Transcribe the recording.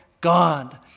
God